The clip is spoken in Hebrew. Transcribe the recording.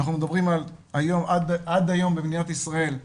אנחנו מדברים עד היום במדינת ישראל,